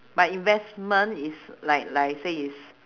but investment is like like I say is